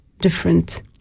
different